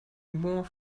more